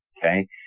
Okay